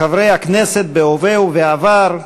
חברי הכנסת בהווה ובעבר,